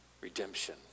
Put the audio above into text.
redemption